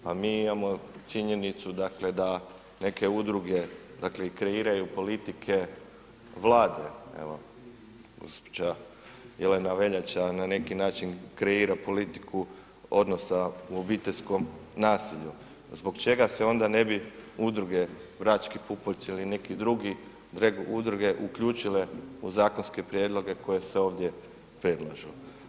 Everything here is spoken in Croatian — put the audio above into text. Pa mi imamo činjenicu dakle da neke udruge dakle i kreiraju politike Vlade evo gospođa Jelena Veljača na neki način kreira politiku odnosa u obiteljskom nasilju, zbog čega se onda ne bi udruge Brački pupoljci ili neke druge udruge uključile u zakonske prijedloge koje se ovdje predlažu.